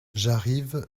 j’arrive